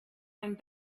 and